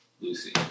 Lucy